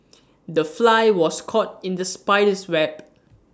the fly was caught in the spider's web